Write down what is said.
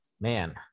Man